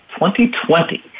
2020